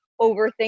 overthink